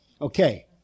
Okay